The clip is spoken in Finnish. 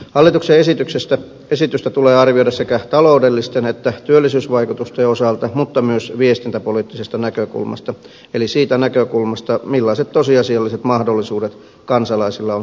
hallituksen esitystä tulee arvioida sekä taloudellisten että työllisyyden vaikutusten osalta mutta myös viestintäpoliittisesta näkökulmasta eli siitä näkökulmasta millaiset tosiasialliset mahdollisuudet kansalaisilla on saada tietoa